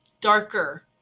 darker